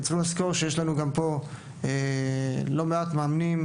אתם צריכים לזכור שגם יש לא מעט מאמנים